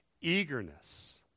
eagerness